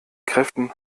kräften